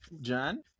John